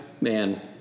Man